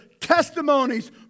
testimonies